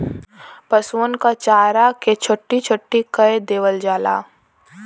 पसुअन क चारा के छोट्टी छोट्टी कै देवल जाला